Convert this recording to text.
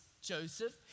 Joseph